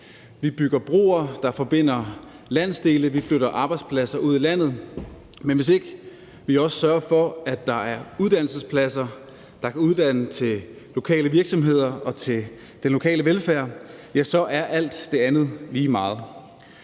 Vi bygger broer, der forbinder landsdele, og vi flytter arbejdspladser ud i landet, men hvis vi ikke også sørger for, at der er uddannelsespladser, der kan uddanne folk til de lokale virksomheder og den lokale velfærd, så er alt det andet lige meget.